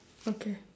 okay